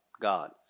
God